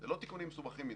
זה לא תיקונים מסובכים מדי.